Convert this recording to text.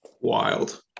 wild